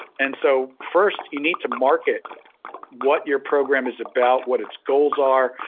and so, first, you need to market what your program is about, what its goals are,